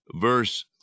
Verse